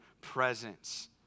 presence